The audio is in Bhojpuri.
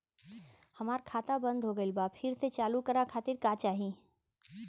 हमार खाता बंद हो गइल बा फिर से चालू करा खातिर का चाही?